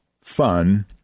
fun